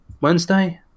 Wednesday